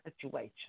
situation